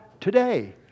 today